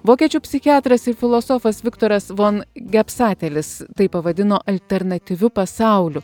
vokiečių psichiatras ir filosofas viktoras von gepsatelis tai pavadino alternatyviu pasauliu